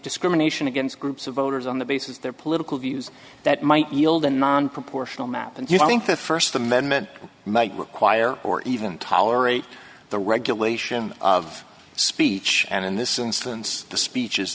discrimination against groups of voters on the basis of their political views that might yield a non proportional map and you think that first amendment might require or even tolerate the regulation of speech and in this instance the speech